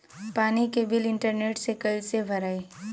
पानी के bill internet से कइसे भराई?